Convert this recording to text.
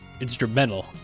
Instrumental